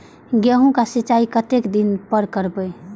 गेहूं का सीचाई कतेक दिन पर करबे?